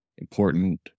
important